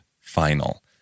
final